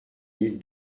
mille